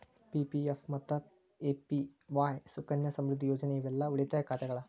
PPF ಮತ್ತ APY Sukanya Samriddhi ಯೋಜನೆ ಇವೆಲ್ಲಾ ಉಳಿತಾಯ ಖಾತೆಗಳ